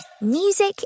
Music